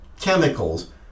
chemicals